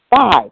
Five